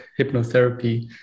hypnotherapy